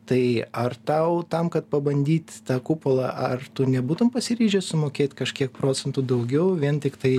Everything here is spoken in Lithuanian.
tai ar tau tam kad pabandyt tą kupolą ar tu nebūtum pasiryžęs sumokėt kažkiek procentų daugiau vien tiktai